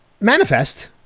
Manifest